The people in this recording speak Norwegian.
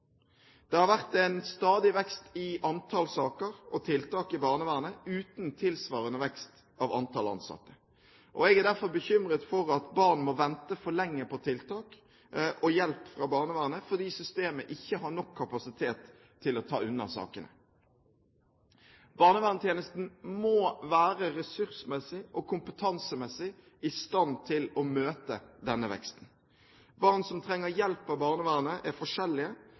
Det har vært en stadig vekst i antall saker og tiltak i barnevernet uten tilsvarende vekst i antall ansatte. Jeg er derfor bekymret for at barn må vente for lenge på tiltak og hjelp fra barnevernet, fordi systemet ikke har nok kapasitet til å ta unna sakene. Barnevernstjenesten må være ressursmessig og kompetansemessig i stand til å møte denne veksten. Barn som trenger hjelp av barnevernet, er forskjellige,